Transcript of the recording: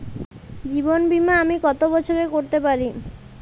জীবন বীমা আমি কতো বছরের করতে পারি?